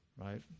right